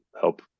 help